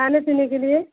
खाने पीने के लिए